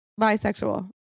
Bisexual